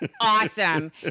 awesome